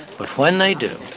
but when they do,